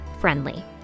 friendly